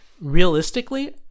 realistically